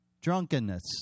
drunkenness